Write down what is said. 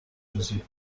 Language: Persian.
روزی